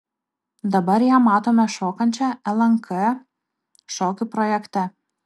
dabar ją matome šokančią lnk šokių projekte